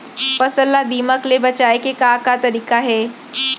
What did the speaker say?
फसल ला दीमक ले बचाये के का का तरीका हे?